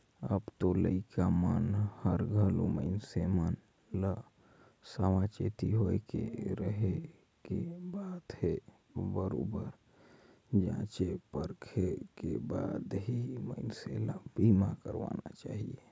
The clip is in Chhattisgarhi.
अब तो लइका मन हर घलो मइनसे मन ल सावाचेती होय के रहें के बात हे बरोबर जॉचे परखे के बाद ही मइनसे ल बीमा करवाना चाहिये